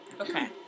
Okay